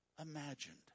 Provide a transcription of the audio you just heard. imagined